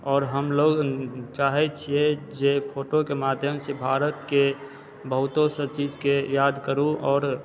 आओर हमलोग चाहय छियै जे फोटोके माध्यमसँ भारतके बहुतो सा चीजके याद करू आओर